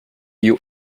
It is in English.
you